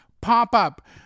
pop-up